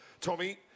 Tommy